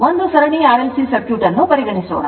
ಒಂದು ಸರಣಿ RLC circuit ಅನ್ನುಪರಿಗಣಿಸೋಣ